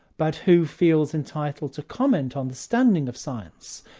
but who feels entitled to comment on the standing of science.